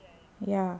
ya